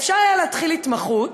אפשר היה להתחיל התמחות,